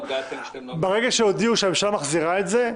ברגע שהודיעו שהממשלה מחזירה את זה,